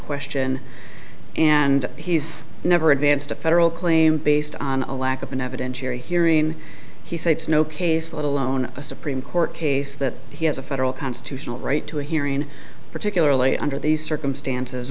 question and he's never advanced a federal claim based on a lack of an evidentiary hearing he cites no case let alone a supreme court case that he has a federal constitutional right to a hearing particularly under these circumstances